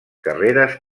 carreres